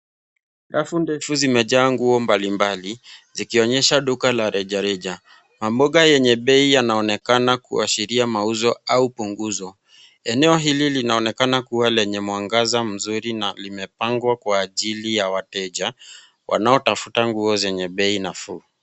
Rafu ndefu zimejaa nguo mbalimbali zikionyesha duka la rejareja. Mabango yenye bei yanaonekana kuashiria mauzo au punguzo. Eneo hili linaonekana kuwa lenye mwangaza mzuri na limepangwa kwa ajili ya wateja wanaotafuta nguo zenye bei nafuu.